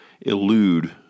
elude